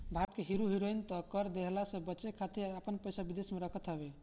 भारत के hero heroine त कर देहला से बचे खातिर आपन पइसा विदेश में रखत हवे